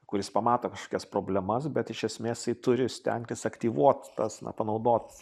kuris pamato kažkokias problemas bet iš esmės jisai turi stengtis aktyvuot tas na panaudot